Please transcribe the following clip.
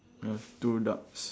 I have two ducks